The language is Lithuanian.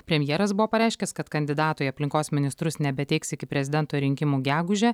premjeras buvo pareiškęs kad kandidatų į aplinkos ministrus nebeteiks iki prezidento rinkimų gegužę